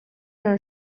جان